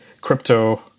crypto